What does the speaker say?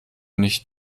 nicht